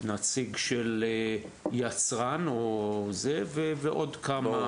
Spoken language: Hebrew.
נציג של יצרן ועוד כמה